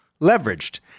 leveraged